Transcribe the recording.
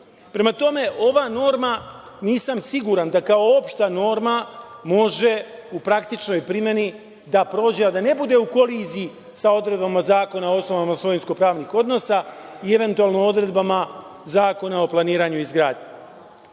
više. Prema tome, ova norma nisam siguran da kao opšta norma može u praktičnoj primeni da prođe, a da ne bude u koliziji sa odredbama Zakona o osnovama svojinsko-pravnih odnosa i eventualno odredbama Zakona o planiranju i izgradnji. Šta